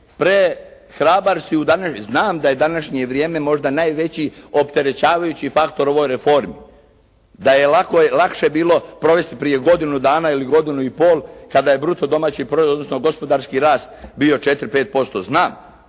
prehrabar si u današnje, znam da je današnje vrijeme možda najveći opterećavajući faktor u ovoj reformi, da je lakše bilo provesti prije godinu dana ili godinu i pol kad je bruto domaći proizvod, odnosno gospodarski rast bio 4-5%. Znam.